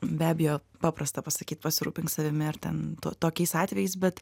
be abejo paprasta pasakyt pasirūpink savimi ar ten tokiais atvejais bet